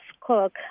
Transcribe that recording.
Cook